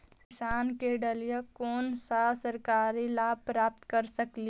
किसान के डालीय कोन सा सरकरी लाभ प्राप्त कर सकली?